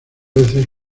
veces